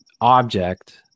object